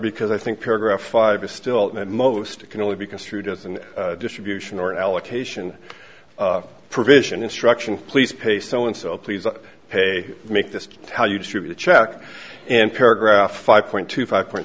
because i think paragraph five is still at most it can only be construed as an distribution or an allocation provision instruction please pay so and so please up pay make this how you distribute a check and paragraph five point two five point